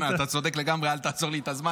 המלאה, מה טוב למדינה שלנו בשעה הקריטית הזו.